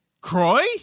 Croy